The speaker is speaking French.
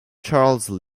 charles